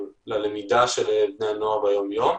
ללמידה של בני נוער ביום יום.